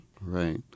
Right